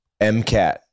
MCAT